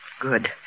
Good